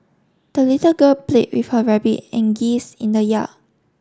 the little girl play with her rabbit and geese in the yard